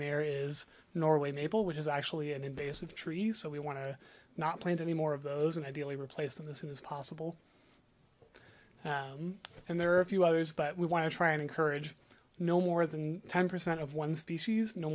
there is norway maple which is actually an invasive trees so we want to not plant any more of those and ideally replace them this in as possible and there are a few others but we want to try and encourage no more than ten percent of one species no